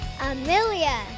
Amelia